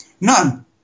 None